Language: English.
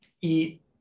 eat